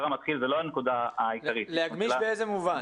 המתחיל זו לא הנקודה העיקרית --- להגמיש באיזה מובן?